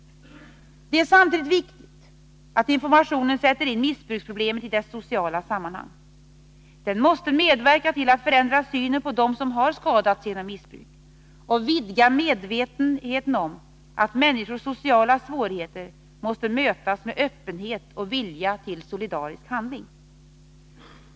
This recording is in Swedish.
Det är samtidigt viktigt att informationen sätter in missbruksproblemet i dess sociala sammanhang. Den måste medverka till att förändra synen på dem som har skadats genom missbruk och vidga medvetenheten om att människors sociala svårigheter måste mötas med öppenhet och vilja till solidarisk handling.